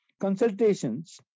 consultations